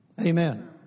Amen